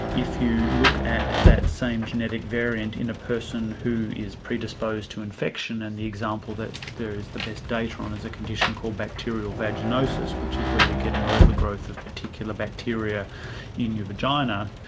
if you look at that same genetic variant in a person who is predisposed to infection and the example that there is the best data on is a condition called bacterial vaginosis, which is where you get an overgrowth of a particular bacteria in your vagina,